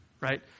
Right